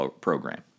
program